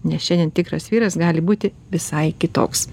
nes šiandien tikras vyras gali būti visai kitoks